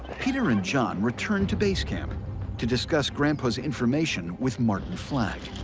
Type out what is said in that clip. peter and john return to base camp to discuss grandpa's information with martin flagg.